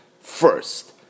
first